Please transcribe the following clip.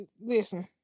listen